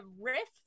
riff